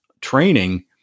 training